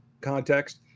context